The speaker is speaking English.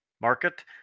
market